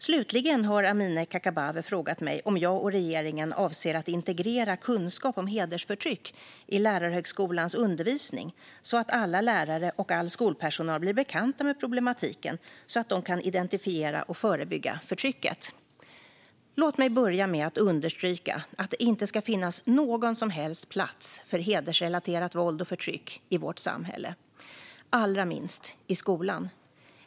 Slutligen har Amineh Kakabaveh frågat mig om jag och regeringen avser att integrera kunskap om hedersförtryck i lärarhögskolans undervisning så att alla lärare och all skolpersonal blir bekanta med problematiken så att de kan identifiera och förebygga förtrycket. Låt mig börja med att understryka att det inte ska finnas någon som helst plats för hedersrelaterat våld och förtryck i vårt samhälle, allra minst i skolan.